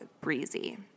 Breezy